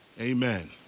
Amen